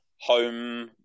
home